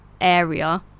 area